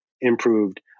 improved